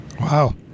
Wow